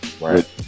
Right